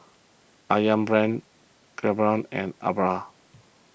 Ayam Brand Revlon and Alba